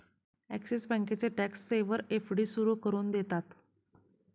axis बँकेचे tax saver FD सुरू करून देतात